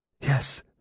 Yes